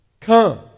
Come